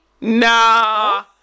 Nah